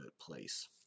place